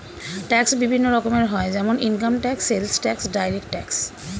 tax বিভিন্ন রকমের হয় যেমন income tax, sales tax, direct tax